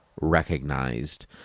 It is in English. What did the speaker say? recognized